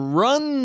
run